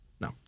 No